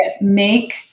make